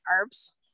herbs